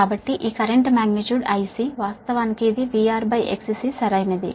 కాబట్టి ఈ current magnitude IC వాస్తవానికి ఇక్కడ VRXC సరైనది